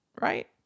right